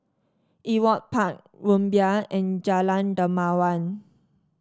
Ewart Park Rumbia and Jalan Dermawan